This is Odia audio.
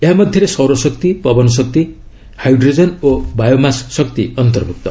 ଏହା ମଧ୍ୟରେ ସୌରଶକ୍ତି ପବନ ଶକ୍ତି ହାଇଡ୍ରୋଜେନ୍ ଓ ବାୟୋମାସ୍ ଶକ୍ତି ଅନ୍ତର୍ଭୁକ୍ତ